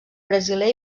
brasiler